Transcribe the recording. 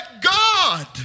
God